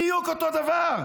בדיוק אותו דבר,